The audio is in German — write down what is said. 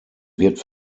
wird